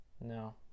no